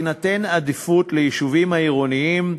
תינתן עדיפות ליישובים עירוניים,